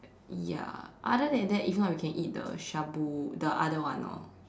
ya other than that if not we can eat the shabu the other one orh